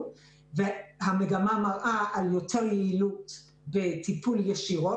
והמגמה מראה על יותר יעילות בטיפול ישירות,